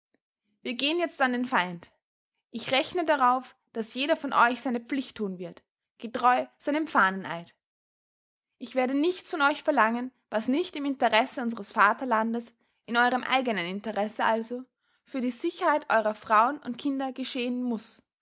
wir geh'n jetzt an den feind ich rechne darauf daß jeder von euch seine pflicht tun wird getreu seinem fahneneid ich werde nichts von euch verlangen was nicht im interesse unseres vaterlandes in eurem eigenen interesse also für die sicherheit euerer frauen und kinder geschehen muß